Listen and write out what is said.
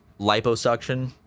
liposuction